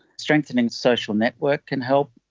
strengthening social network can help.